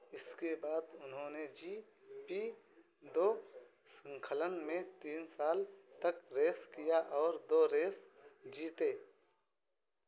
इसके बाद उन्होंने जी पी दो श्रृंखलन में तीन साल तक रेस किया और दो रेस जीते